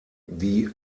die